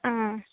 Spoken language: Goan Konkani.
आं